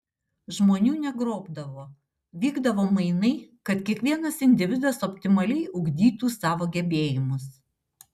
žmonių negrobdavo vykdavo mainai kad kiekvienas individas optimaliai ugdytų savo gebėjimus